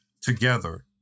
together